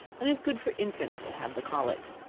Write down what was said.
and is good for infants that have the colic.